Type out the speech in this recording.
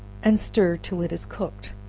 and stir till it is cooked,